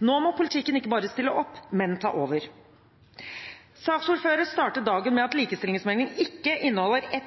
Da må ikke politikken lenger stille opp, men ta over. Saksordføreren startet dagen med at likestillingsmeldingen ikke inneholder